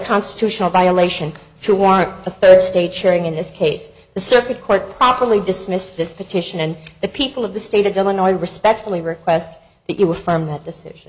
constitutional violation to warrant a third stage hearing in this case the circuit court properly dismissed this petition and the people of the state of illinois i respectfully request that you affirm that decision